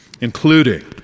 including